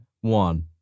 one